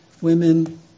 women